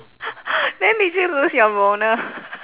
then did you lose your boner